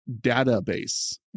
database